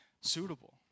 suitable